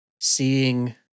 Seeing